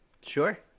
Sure